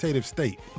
state